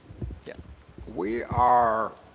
yeah we are